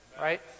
right